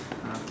okay